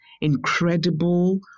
incredible